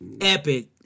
epic